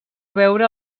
veure